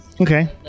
Okay